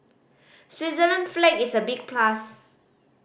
Switzerland flag is a big plus